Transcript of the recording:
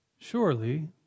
Surely